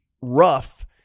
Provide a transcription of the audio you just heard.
rough